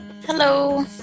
Hello